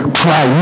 try